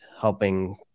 helping